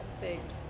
thanks